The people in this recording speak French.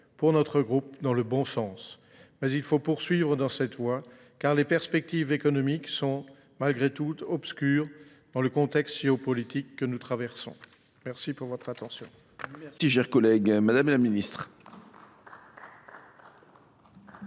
pour notre groupe dans le bon sens. Mais il faut poursuivre dans cette voie, car les perspectives économiques sont malgré tout obscures dans le contexte ciopolitique que nous traversons. Merci pour votre attention.